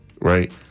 Right